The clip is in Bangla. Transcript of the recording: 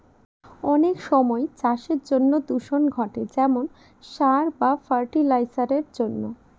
অনেক সময় চাষের জন্য দূষণ ঘটে যেমন সার বা ফার্টি লাইসারের জন্য